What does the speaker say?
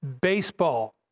baseball